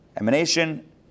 Emanation